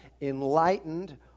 enlightened